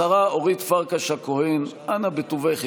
השרה אורית פרקש הכהן, אנא בטובך.